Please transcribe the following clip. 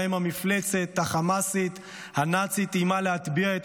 שבהם המפלצת החמאסית הנאצית איימה להטביע את